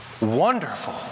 wonderful